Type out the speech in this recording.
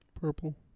Purple